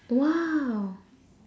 !wow!